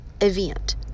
event